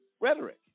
rhetoric